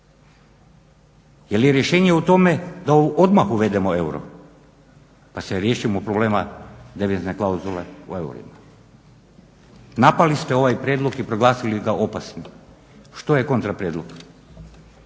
Je li rješenje u tome da odmah uvedemo euro pa se riješimo problema devizne klauzule u eurima? Napali ste ovaj prijedlog i proglasili ga opasnim. Što je kontra prijedlog?